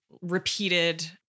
repeated